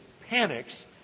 panics